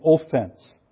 offense